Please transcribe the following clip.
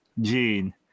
gene